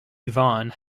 yvonne